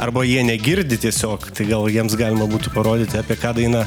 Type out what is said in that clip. arba jie negirdi tiesiog tai gal jiems galima būtų parodyti apie ką daina